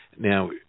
Now